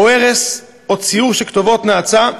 או הרס, או ציור של כתובות נאצה,